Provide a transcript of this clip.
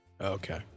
Okay